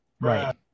Right